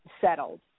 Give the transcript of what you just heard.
settled